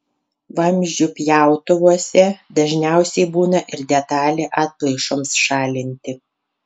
vamzdžių pjautuvuose dažniausiai būna ir detalė atplaišoms šalinti